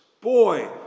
Boy